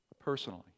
personally